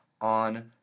on